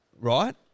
right